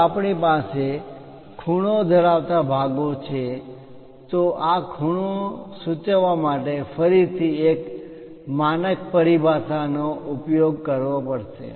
જો આપણી પાસે ખૂણો ધરાવતા ભાગો છે તો આ ખુણો સૂચવવા માટે ફરીથી એક માનક પરિભાષાનો ઉપયોગ કરવો પડશે